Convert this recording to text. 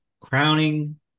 crowning